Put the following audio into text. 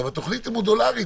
התוכנית היא מודולרית,